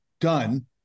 done